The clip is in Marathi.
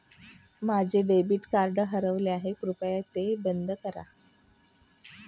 माझं डेबिट कार्ड हरवलं आहे, कृपया ते बंद करा